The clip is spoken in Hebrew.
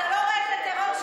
אתה לא רואה את הטרור שהם עושים,